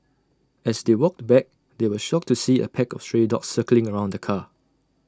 as they walked back they were shocked to see A pack of stray dogs circling around the car